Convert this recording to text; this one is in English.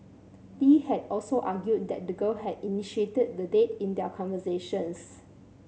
Lee had also argued that the girl had initiated the date in their conversations